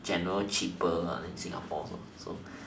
generally cheaper than singapore also